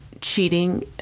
Cheating